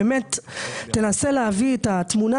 תנסה להביא את התמונה